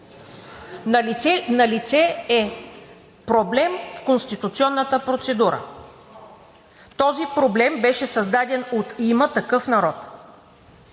Налице е проблем в конституционната процедура. Този проблем беше създаден от „Има такъв народ“.